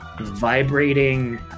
vibrating